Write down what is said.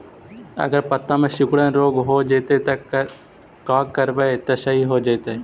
अगर पत्ता में सिकुड़न रोग हो जैतै त का करबै त सहि हो जैतै?